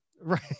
right